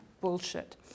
bullshit